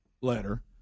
letter